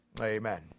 Amen